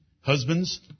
Husbands